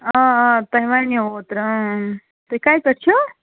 آ آ تۄہہِ وَنیو اوترٕ تُہۍ کَتہِ پٮ۪ٹھ چھِو